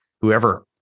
whoever